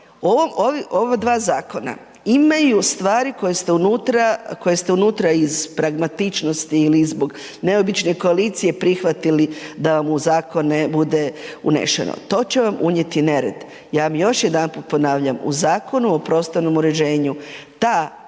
ova dva zakona imaju stvari koje ste unutra iz pragmatičnosti ili zbog neobične koalicije prihvatili da vam u zakone bude unešeno. To će vam unijeti nered. Ja vam još jedanput ponavljam, u Zakonu prostornom uređenju taj problem